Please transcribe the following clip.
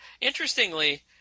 Interestingly